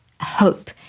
hope